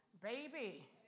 Baby